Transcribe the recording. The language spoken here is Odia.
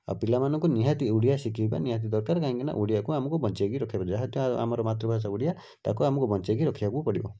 ଆଉ ପିଲାମାନଙ୍କୁ ନିହାତି ଓଡ଼ିଆ ଶିଖାଇବା ନିହାତି ଦରକାର କାହିଁକିନା ଓଡ଼ିଆକୁ ଆମକୁ ବଞ୍ଚେଇକି ରଖିବା ଆମର ମାତୃଭାଷା ଓଡ଼ିଆ ତାକୁ ଆମକୁ ବଞ୍ଚେଇକି ରଖିବାକୁ ପଡ଼ିବ